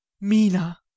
Mina